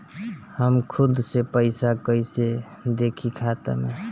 हम खुद से पइसा कईसे देखी खाता में?